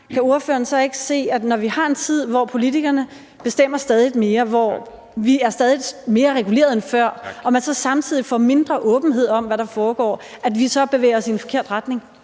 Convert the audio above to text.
som liberal ikke se, at når vi er i en tid, hvor politikerne bestemmer stadig mere, og hvor vi er stadig mere regulerede, og hvor vi så samtidig får mindre åbenhed om, hvad der foregår, så bevæger vi os i en forkert retning?